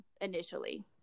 initially